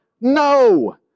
No